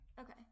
Okay